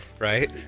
Right